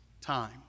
time